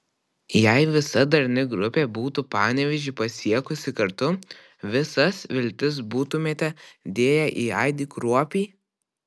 jei visa darni grupė būtų panevėžį pasiekusi kartu visas viltis būtumėte dėję į aidį kruopį